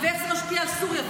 ואיך זה משפיע על סוריה,